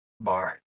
bar